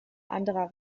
anderer